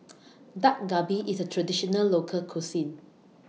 Dak Galbi IS A Traditional Local Cuisine